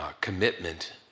commitment